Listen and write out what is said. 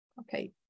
Okay